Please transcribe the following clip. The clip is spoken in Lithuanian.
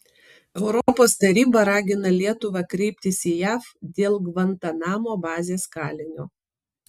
europos taryba ragina lietuvą kreiptis į jav dėl gvantanamo bazės kalinio